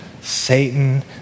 Satan